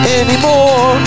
anymore